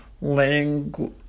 language